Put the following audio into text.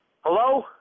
Hello